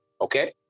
Okay